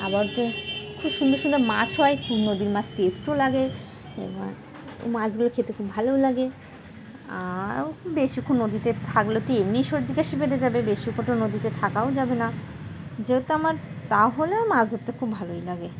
আবার তো খুব সুন্দর সুন্দর মাছ হয় খুব নদীর মাছ টেস্টও লাগে এবার ও মাছগুলো খেতে খুব ভালোও লাগে আর বেশি খু নদীতে থাকলে তো এমনিই সর্দি কাাশি বেড়ে যাবে বেশি ফটো নদীতে থাকাও যাবে না যেহেতু আমার তাহলেও মাছ ধরতে খুব ভালোই লাগে